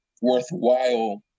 worthwhile